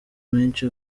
menshi